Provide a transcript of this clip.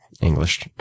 English